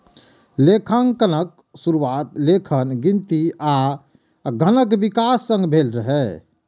लेखांकनक शुरुआत लेखन, गिनती आ धनक विकास संग भेल रहै